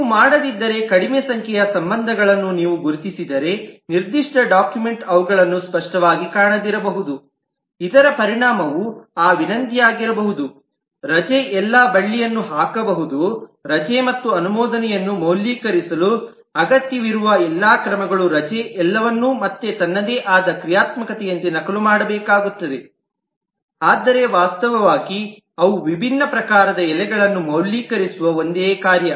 ನೀವು ಮಾಡದಿದ್ದರೆ ಕಡಿಮೆ ಸಂಖ್ಯೆಯ ಸಂಬಂಧಗಳನ್ನು ನೀವು ಗುರುತಿಸಿದರೆ ನಿರ್ದಿಷ್ಟ ಡಾಕ್ಯುಮೆಂಟ್ನಲ್ಲಿ ಅವುಗಳನ್ನು ಸ್ಪಷ್ಟವಾಗಿ ಕಾಣದಿರಬಹುದು ಇದರ ಪರಿಣಾಮವು ಆ ವಿನಂತಿಯಾಗಿರಬಹುದು ರಜೆ ಎಲ್ಲಾ ಬಳ್ಳಿಯನ್ನು ಹಾಕಬೇಕು ರಜೆ ಮತ್ತು ಅನುಮೋದನೆಯನ್ನು ಮೌಲ್ಯೀಕರಿಸಲು ಅಗತ್ಯವಿರುವ ಎಲ್ಲಾ ಕ್ರಮಗಳು ರಜೆ ಎಲ್ಲವನ್ನು ಮತ್ತೆ ತನ್ನದೇ ಆದ ಕ್ರಿಯಾತ್ಮಕತೆಯಂತೆ ನಕಲು ಮಾಡಬೇಕಾಗುತ್ತದೆ ಆದರೆ ವಾಸ್ತವವಾಗಿ ಅವು ವಿಭಿನ್ನ ಪ್ರಕಾರದ ಎಲೆಗಳನ್ನು ಮೌಲ್ಯೀಕರಿಸುವ ಒಂದೇ ಕಾರ್ಯ